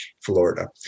Florida